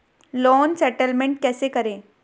Loan settlement कैसे करें?